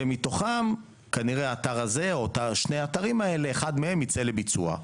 ומתוך אותו אתר או שני אתרים יצאו לביצוע.